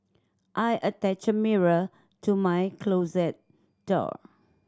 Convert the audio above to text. I attached a mirror to my closet door